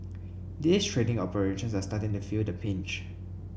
these trading operations are starting to feel the pinch